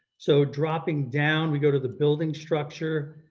so dropping down, we go to the building structure.